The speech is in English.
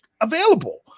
available